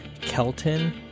Kelton